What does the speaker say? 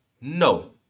No